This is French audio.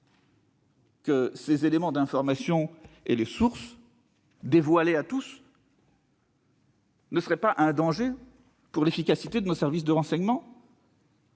que ces éléments d'information et les sources dévoilées à tous ne constitueraient pas un danger pour l'efficacité de nos services de renseignement ?